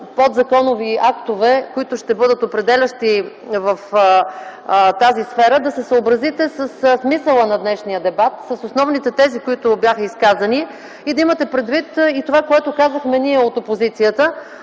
подзаконови актове, които ще бъдат определящи в тази сфера, да се съобразите със смисъла на днешния дебат, с основните тези, които бяха изказани, и да имате предвид онова, което изказахме ние от опозицията